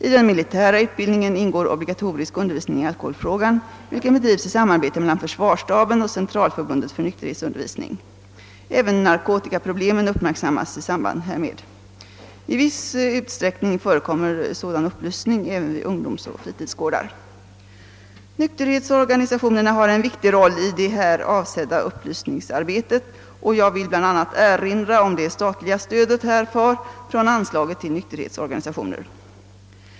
I den militära utbildningen ingår obligatorisk undervisning i alkoholfrågan, vilken bedrivs i samarbete mellan försvarsstaben och Centralförbundet för nykterhetsundervisning. Även narkotikaproblemen uppmärksammas isamband härmed. I viss utsträckning förekommer sådan upplysning även vid ungdomsoch fritidsgårdar. Nykterhetsorganisationerna har en viktig roll i det här avsedda upplysningsarbetet och jag vill bl.a. erinra om det statliga stödet härför från anslaget till nykterhetsorganisationer.